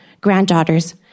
granddaughters